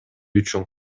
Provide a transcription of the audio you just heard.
үчүн